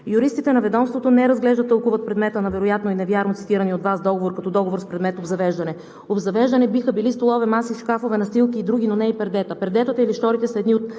Юристите на ведомството не разглеждат и тълкуват предмета на вероятно и невярно цитирания от Вас като договор с предмет „обзавеждане“. Обзавеждане биха били столове, маси, шкафове, настилки и други, но не и пердета. Пердетата или щорите са едни от